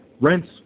rents